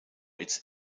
its